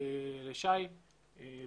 עג'מי